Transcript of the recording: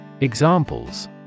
Examples